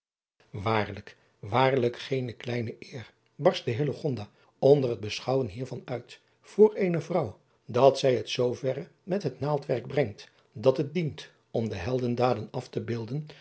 aarlijk waarlijk geene kleine eer barstte onder het beschouwen hiervan uit voor eene vrouw dat zij het zooverre met het naaldwerk brengt dat het dient om de heldendaden af te beelden